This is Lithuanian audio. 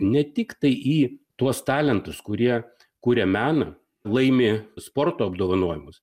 ne tiktai į tuos talentus kurie kuria meną laimi sporto apdovanojimus